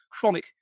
chronic